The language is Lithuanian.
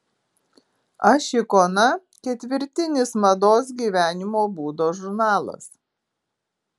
aš ikona ketvirtinis mados gyvenimo būdo žurnalas